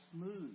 smooth